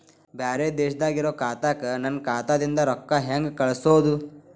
ಬ್ಯಾರೆ ದೇಶದಾಗ ಇರೋ ಖಾತಾಕ್ಕ ನನ್ನ ಖಾತಾದಿಂದ ರೊಕ್ಕ ಹೆಂಗ್ ಕಳಸೋದು?